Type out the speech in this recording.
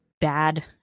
bad